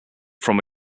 from